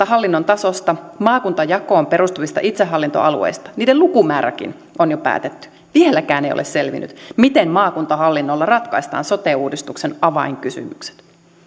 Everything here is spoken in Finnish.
hallinnon tasosta maakuntajakoon perustuvista itsehallintoalueista niiden lukumääräkin on jo päätetty vieläkään ei ole selvinnyt miten maakuntahallinnolla ratkaistaan sote uudistuksen avainkysymykset